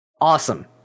awesome